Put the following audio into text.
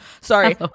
sorry